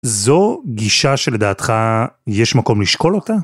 זו גישה שלדעתך יש מקום לשקול אותה.